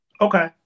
Okay